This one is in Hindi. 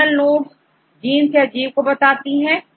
टर्मिनल नोड्स जींस या जीव को प्रदर्शित करती हैं